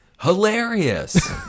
Hilarious